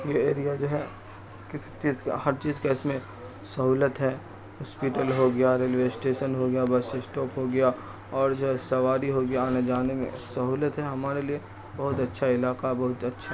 یہ ایریا جو ہے کسی چیز کا ہر چیز کا اس میں سہولت ہے ہاسپیٹل ہو گیا ریلوے اسٹیشن ہو گیا بس اسٹاپ ہو گیا اور جو ہے سواری ہو گیا آنے جانے میں سہولت ہے ہمارے لیے بہت اچھا علاقہ بہت اچھا